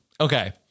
Okay